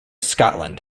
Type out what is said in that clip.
scotland